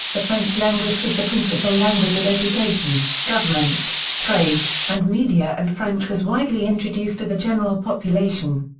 the french language was the principal language of education, government, trade, and media and french was widely introduced to the general population.